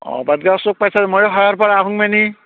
অঁ বাগদেৱা চক পাইছা মইও খাৱাৰপৰা আহোঁ মানে